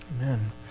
Amen